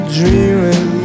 dreaming